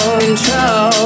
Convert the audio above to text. control